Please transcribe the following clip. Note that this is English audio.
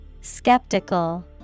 Skeptical